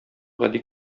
гади